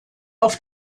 auf